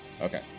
Okay